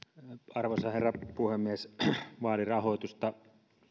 arvoisa herra puhemies vaalirahoitusta